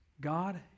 God